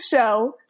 show